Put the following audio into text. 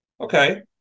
okay